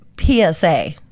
psa